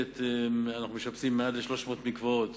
אנחנו משפצים יותר מ-300 מקוואות